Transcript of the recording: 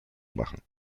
machen